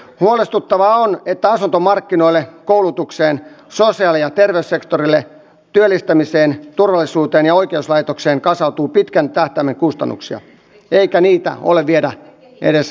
huolestuttavaa on että asuntomarkkinoille koulutukseen sosiaali ja terveyssektorille työllistämiseen turvallisuuteen ja oikeuslaitokseen kasaantuu pitkän tähtäimen kustannuksia eikä niitä ole vielä edes arvioitu